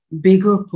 bigger